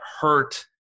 hurt